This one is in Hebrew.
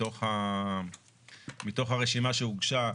מתוך הרשימה שהוגשה,